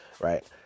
Right